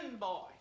boy